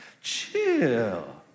Chill